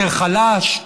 יותר חלש,